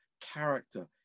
character